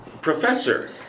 Professor